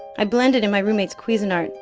i blend it in my roommate's cuisinart